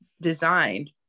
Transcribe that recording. designed